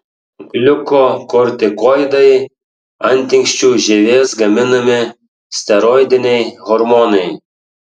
gliukokortikoidai antinksčių žievės gaminami steroidiniai hormonai